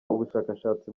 ubushakashatsi